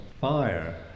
fire